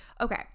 Okay